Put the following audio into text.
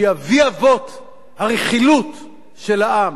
שהיא אבי אבות הרכילות של העם,